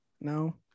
No